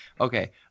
okay